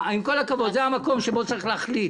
עם כל הכבוד, זה המקום שבו צריך להחליט.